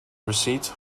receipt